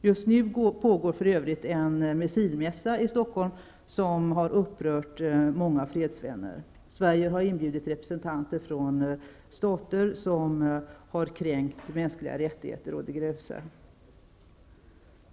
Just nu pågår för övrigt en missilmässa i Stockholm som har upprört många fredsvänner. Sverige har inbjudit representanter från stater som har kränkt mänskliga rättigheter å det grövsta.